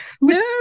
No